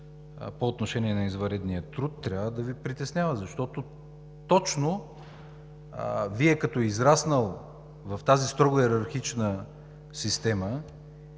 по отношение на извънредния труд, трябва да Ви притеснява, защото точно Вие като израснал в тази строго йерархична система